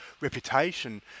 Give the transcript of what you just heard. reputation